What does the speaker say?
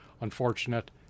unfortunate